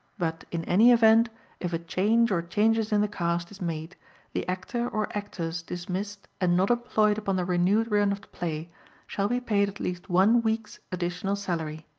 but in any event if a change or changes in the cast is made the actor or actors dismissed and not employed upon the renewed run of the play shall be paid at least one week's additional salary.